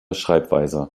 schreibweise